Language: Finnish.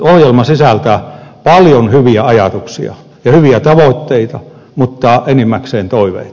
ohjelma sisältää paljon hyviä ajatuksia ja hyviä tavoitteita mutta enimmäkseen toiveita